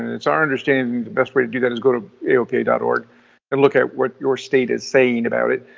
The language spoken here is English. it's our understanding that the best way to do that is go to aopa dot org and look at what your state is saying about it.